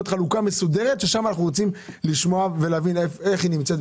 חלוקה מסודרת ששם אנחנו רוצים לשמוע ולהבין איך היא נמצאת.